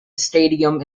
stadium